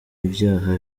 ivyaha